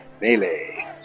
melee